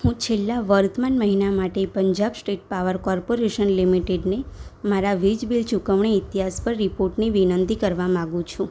હું છેલ્લા વર્તમાન મહિના માટે પંજાબ શ્ટેટ પાવર કોર્પોરેશન લિમિટેડને મારાં વીજ બિલ ચુકવણી ઇતિહાસ પર રિપોર્ટની વિનંતી કરવા માંગુ છું